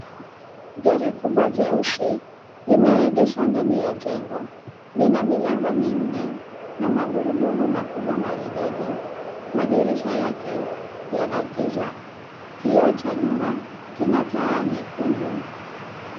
Gari kubwa jeusi limeegheshwa ndani ya jengo lina milango minne na magurudumu makubwa maridadi, madirisha yake yana giza kioo cha nyuma kina taa nyekundu.